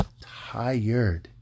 tired